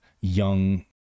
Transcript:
young